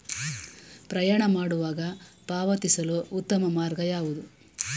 ಪ್ರಯಾಣ ಮಾಡುವಾಗ ಪಾವತಿಸಲು ಉತ್ತಮ ಮಾರ್ಗ ಯಾವುದು?